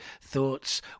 thoughts